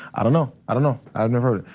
i don't know, i don't know, i've never.